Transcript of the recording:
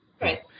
Right